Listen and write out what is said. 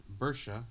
Bersha